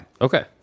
Okay